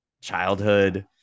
childhood